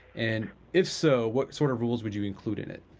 and if so, what sort of rules would you include in it?